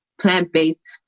plant-based